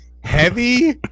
heavy